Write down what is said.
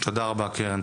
תודה רבה, קרן.